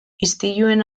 istiluen